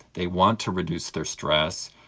they want to reduce their stress,